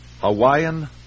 Hawaiian